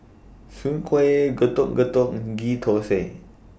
Soon Kuih Getuk Getuk Ghee Thosai